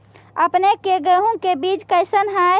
अपने के गेहूं के बीज कैसन है?